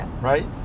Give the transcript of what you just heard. right